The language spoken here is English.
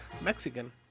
Mexican